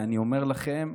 אני אומר לכם,